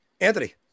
Anthony